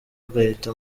agahita